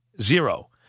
zero